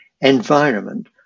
environment